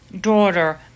daughter